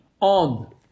on